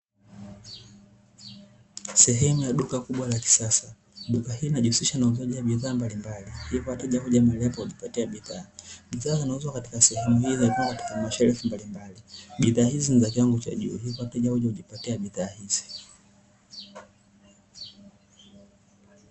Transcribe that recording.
Sehemu ya duka kubwa la kisasa, duka hilo linajihusisha na uuzaji wa bidhaa mbalimbali hivyo wateja huja mahali hapo kujipatia bidhaa. Bidhaa zinzouzwa katika sehemu hii zinapatikana katika mashelfu mbalimbali, bidhaa hizi ni za kiwango cha juu hivyo wateja huja kujipatia bidhaa hizi.